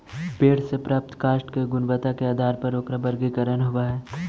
पेड़ से प्राप्त काष्ठ के गुणवत्ता के आधार पर ओकरा वर्गीकरण होवऽ हई